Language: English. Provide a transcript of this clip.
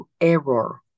error